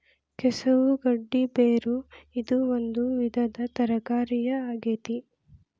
ಕೆಸವು ಗಡ್ಡಿ ಬೇರು ಇದು ಒಂದು ವಿವಿಧ ತರಕಾರಿಯ ಆಗೇತಿ